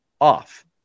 off